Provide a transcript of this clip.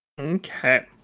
Okay